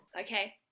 Okay